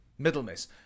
Middlemiss